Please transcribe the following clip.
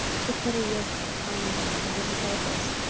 to put a yoke upon the neck of the disciples,